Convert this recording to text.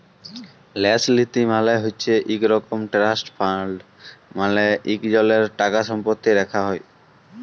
ল্যাস লীতি মালে হছে ইক রকম ট্রাস্ট ফাল্ড মালে ইকজলের টাকাসম্পত্তি রাখ্যা হ্যয়